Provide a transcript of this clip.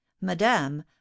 madame